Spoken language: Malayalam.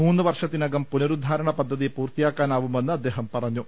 മൂന്ന് വർഷത്തിനകം പുനരുദ്ധാരണ പദ്ധതി പൂർത്തിയാക്കാനാവുമെന്ന് അദ്ദേഹം പറഞ്ഞു